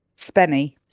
spenny